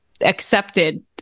accepted